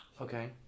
Okay